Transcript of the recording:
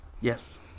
Yes